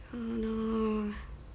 oh no